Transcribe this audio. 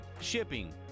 shipping